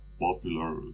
popular